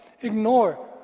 ignore